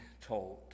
told